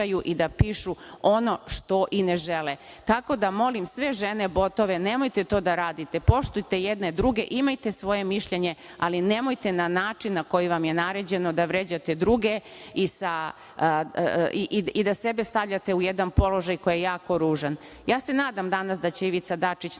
i da pišu ono što i ne žele? Tako da, molim sve žene botove, nemojte to radite, poštujte jedne druge, imajte svoje mišljenje, ali nemojte na način na koji vam je naređeno da vređate druge i da sebe stavljate u jedan položaj koji je jako ružan. Nadam se danas da će Ivica Dačić